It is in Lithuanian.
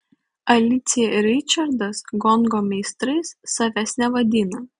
alicija ir ričardas gongo meistrais savęs nevadina